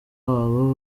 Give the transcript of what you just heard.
abo